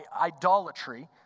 idolatry